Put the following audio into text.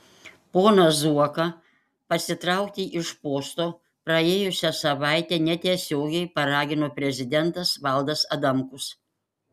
poną zuoką pasitraukti iš posto praėjusią savaitę netiesiogiai paragino prezidentas valdas adamkus